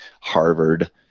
Harvard